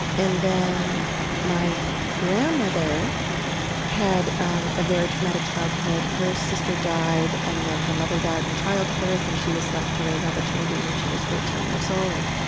and then my grandmother had um a very traumatic childhood. her sister died and then her mother died in childbirth and she was left to raise all the children when she was thirteen years old.